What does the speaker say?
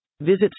Visit